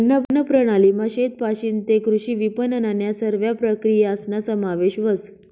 अन्नप्रणालीमा शेतपाशीन तै कृषी विपनननन्या सरव्या प्रक्रियासना समावेश व्हस